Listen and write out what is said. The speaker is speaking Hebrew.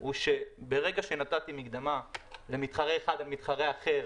הוא שברגע שנתתי מקדמה למתחרה אחד על פני מתחרה אחר